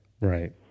right